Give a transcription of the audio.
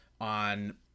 on